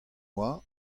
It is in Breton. boa